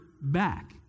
back